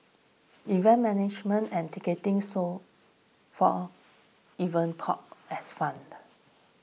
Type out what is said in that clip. event management and ticketing so far Event Pop as found